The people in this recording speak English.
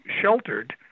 sheltered